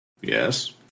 Yes